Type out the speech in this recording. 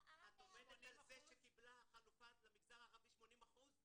ארבעה נערים --- את עומדת על זה שקיבלה חלופה למגזר הערבי 80%?